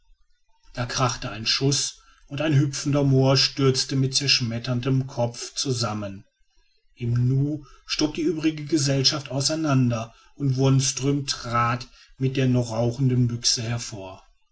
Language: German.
da krachte ein schuß und ein hüpfender moa stürzte mit zerschmetterndem kopfe zusammen im nu stob die übrige gesellschaft auseinander und wonström trat mit der noch rauchenden büchse hervor